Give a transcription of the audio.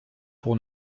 pour